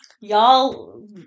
Y'all